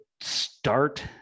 start